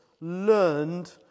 learned